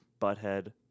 Butthead